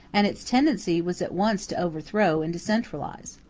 and its tendency was at once to overthrow and to centralize.